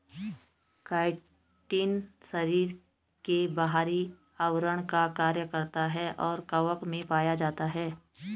chitin शरीर के बाहरी आवरण का कार्य करता है और कवक में पाया जाता है